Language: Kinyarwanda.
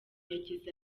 yagize